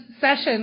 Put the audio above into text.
session